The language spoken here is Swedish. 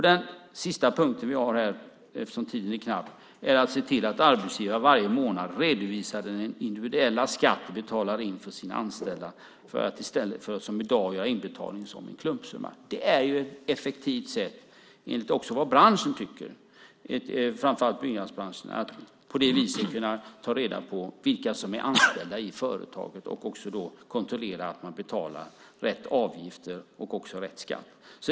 Den sista punkten jag vill nämna - eftersom tiden är knapp - handlar om att arbetsgivare varje månad ska redovisa den individuella skatt de betalar in för sina anställda i stället för att som i dag göra inbetalningen i form av en klumpsumma. Det är ett effektivt sätt, också enligt branschen och då framför allt byggnadsbranschen, att kunna ta reda på vilka som är anställda i företaget och därmed kunna kontrollera att man betalar rätt avgifter och även rätt skatt.